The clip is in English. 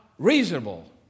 reasonable